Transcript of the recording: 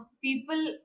people